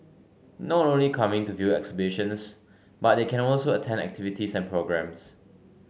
not only coming to view exhibitions but they can also attend activities and programmes